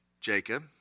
Jacob